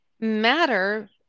matter